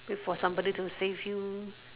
wait for somebody to save you